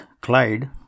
Clyde